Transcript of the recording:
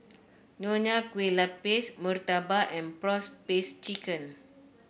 Nonya Kueh Lapis murtabak and prawn paste chicken